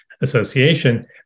association